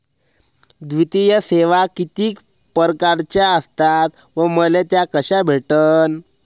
वित्तीय सेवा कितीक परकारच्या असतात व मले त्या कशा भेटन?